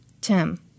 Tim